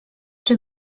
czy